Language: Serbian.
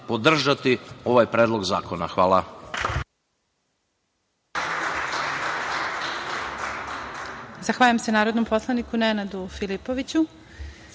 podržati ovaj Predlog zakona. Hvala.